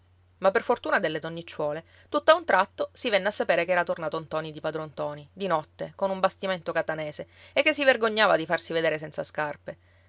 ma per fortuna delle donnicciuole tutt'a un tratto si venne a sapere che era tornato ntoni di padron ntoni di notte con un bastimento catanese e che si vergognava di farsi vedere senza scarpe